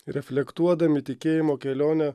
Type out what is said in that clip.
reflektuodami tikėjimo kelionę